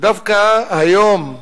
דווקא היום,